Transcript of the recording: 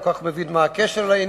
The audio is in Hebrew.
אני לא כל כך מבין מה הקשר לעניין.